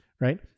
Right